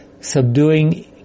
subduing